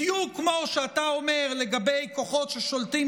בדיוק כמו שאתה אומר לגבי כוחות ששולטים